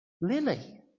Lily